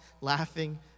laughing